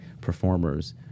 performers